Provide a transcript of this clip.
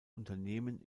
unternehmen